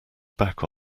back